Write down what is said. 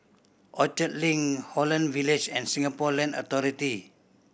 Orchard Link Holland Village and Singapore Land Authority